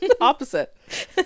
Opposite